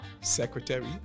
secretary